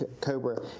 COBRA